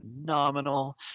phenomenal